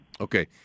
Okay